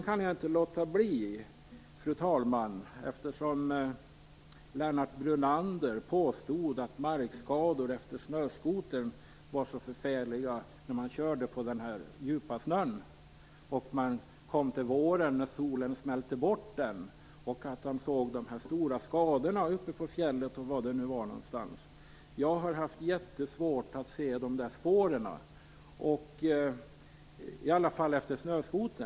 Lennart Brunander påstod att det blir förfärliga markskador efter snöskoter när man kör över djup snö. Till våren när solen smälter bort snön ser man enligt honom stora skador uppe på fjället. Jag har haft mycket svårt att se de spåren, i alla fall efter snöskoter.